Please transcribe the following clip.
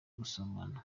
gusomana